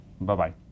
Bye-bye